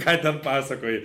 ką ten pasakoji